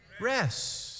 rest